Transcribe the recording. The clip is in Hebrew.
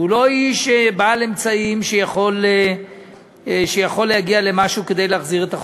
והוא לא איש בעל אמצעים שיכול להגיע למשהו כדי להחזיר את החובות.